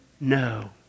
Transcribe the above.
No